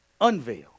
unveil